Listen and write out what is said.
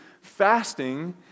fasting